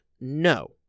No